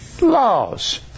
laws